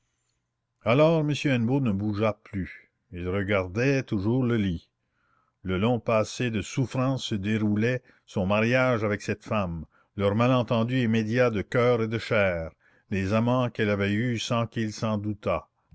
alors m hennebeau ne bougea plus il regardait toujours le lit le long passé de souffrance se déroulait son mariage avec cette femme leur malentendu immédiat de coeur et de chair les amants qu'elle avait eus sans qu'il s'en doutât